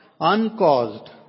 uncaused